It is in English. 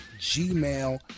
gmail